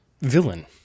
villain